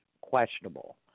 questionable